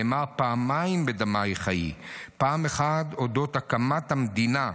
נאמר פעמיים "בדמייך חיי": פעם אחת על אודות הקמת המדינה,